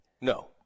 No